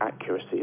accuracy